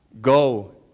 Go